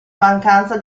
mancanza